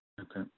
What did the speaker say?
Okay